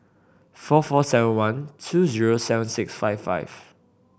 four four seven one two zero seven six five five